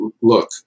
look